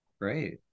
Great